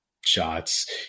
shots